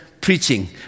preaching